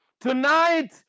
tonight